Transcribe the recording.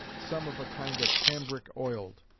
some of a kind of cambric oiled.